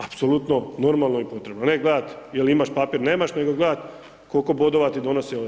Apsolutno normalno i potrebno, ne gledat jel imaš papir, nemaš, nego gledat koliko bodova ti donose ovo.